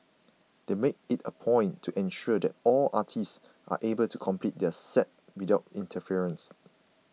they make it a point to ensure that all artists are able to complete their sets without interference